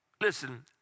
Listen